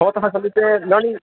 भवतः समीपे नानी